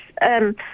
Yes